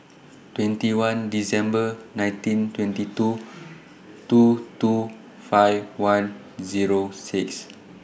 twenty one December nineteen twenty two two two five one Zero six